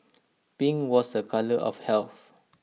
pink was A colour of health